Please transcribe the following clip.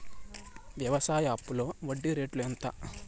వ్యవసాయ అప్పులో వడ్డీ రేట్లు ఎంత?